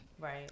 Right